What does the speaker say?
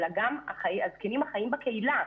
אלא גם לזקנים החיים בקהילה.